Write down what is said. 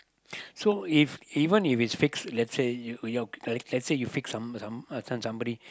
so if even if is fix let's say you you're uh let's say you fix some some uh this one somebody